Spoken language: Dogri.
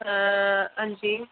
हन्जी